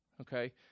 Okay